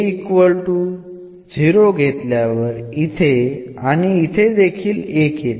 ഈ റിസൾട്ട് എന്നത് എന്നാകുന്നു